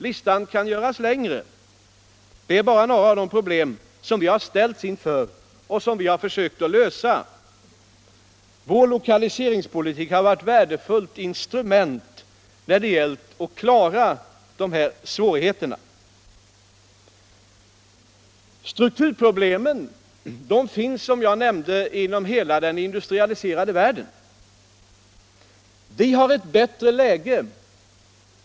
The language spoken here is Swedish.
Listan kan göras längre — det här är bara några av de problem som vi har ställts inför och som vi har försökt lösa. Vår lokaliseringspolitik har varit ett värdefullt instrument när det gällt att klara de här svårigheterna. Strukturproblemen finns, som jag nämnde, i hela den industrialiserade världen.